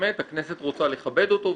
באמת הכנסת רוצה לכבד אותו,